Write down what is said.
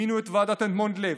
מינו את ועדת אדמונד לוי,